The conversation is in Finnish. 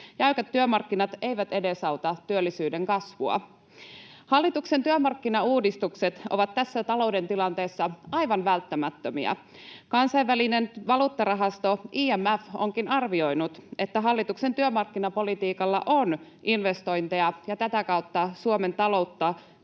Jäykät työmarkkinat eivät edesauta työllisyyden kasvua. Hallituksen työmarkkinauudistukset ovat tässä talouden tilanteessa aivan välttämättömiä. Kansainvälinen valuuttarahasto IMF onkin arvioinut, että hallituksen työmarkkinapolitiikalla on investointeja ja tätä kautta Suomen taloutta